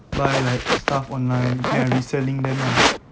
buy like stuff online and reselling them ah